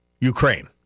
Ukraine